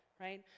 right